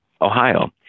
Ohio